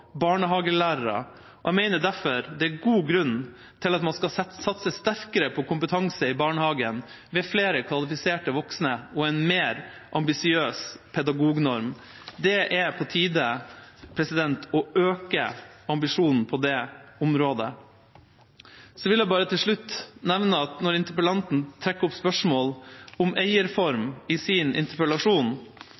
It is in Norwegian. barnehagen, med flere kvalifiserte voksne og en mer ambisiøs pedagognorm. Det er på tide å øke ambisjonen på det området. Til slutt vil jeg bare nevne at når interpellanten trekker opp spørsmål om eierform